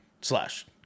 slash